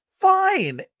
fine